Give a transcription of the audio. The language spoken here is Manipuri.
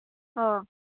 ꯑ